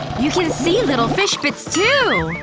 you can see little fish bits too!